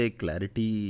clarity